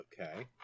okay